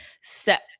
set